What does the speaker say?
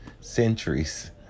centuries